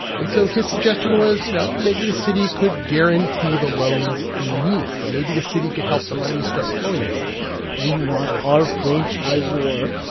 and so his suggestion was, you know, maybe the city could guarantee the loans he needs. maybe the city could help the money start flowing again we want out franchisor,